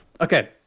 Okay